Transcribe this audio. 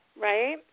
right